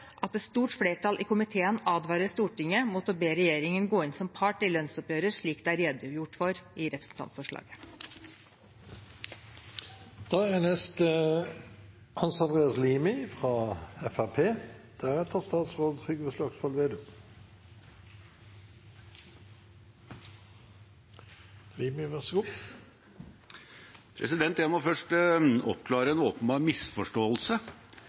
at et stort flertall i komiteen advarer Stortinget mot å be regjeringen gå inn som part i lønnsoppgjøret, slik det er redegjort for i